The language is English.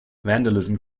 vandalism